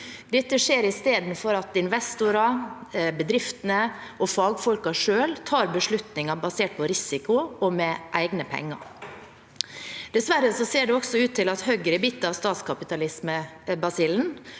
Dette skjer istedenfor at investorene, bedriftene og fagfolkene selv tar beslutninger basert på risiko og med egne penger. Dessverre ser det også ut til at Høyre er bitt av statskapitalismebasillen